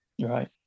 Right